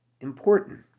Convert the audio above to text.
important